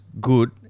good